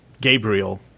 Gabriel